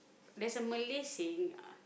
there's a Malay saying uh